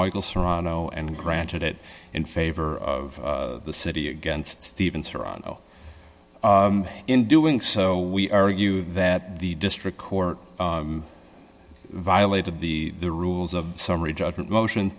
michael serrano and granted it in favor of the city against stephen serrano in doing so we argue that the district court violated the rules of summary judgment motion